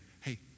hey